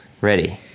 Ready